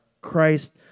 Christ